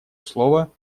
слова